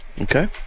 Okay